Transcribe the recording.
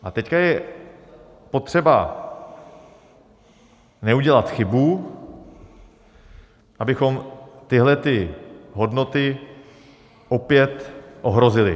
A teď je potřeba neudělat chybu, abychom tyhlety hodnoty opět ohrozili .